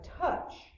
touch